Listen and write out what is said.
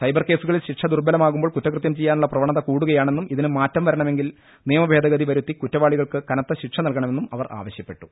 സൈബർകേസുകളിൽ ശിക്ഷ ദുർബ ലമാകുമ്പോൾ കുറ്റകൃത്യം ചെയ്യാനുള്ള പ്രവണത കൂടുകയാ ണെന്നും ഇതിന് മാറ്റം വരണമെങ്കിൽ നിയമഭേദഗതി വരുത്തി കുറ്റവാളികൾക്ക് കനത്ത ശിക്ഷ നൽകമെന്നും അവർ ആവശ്യപ്പെട്ടു